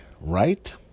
right